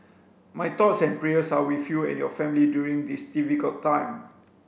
my thoughts and prayers are with you and your family during this difficult time